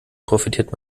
profitiert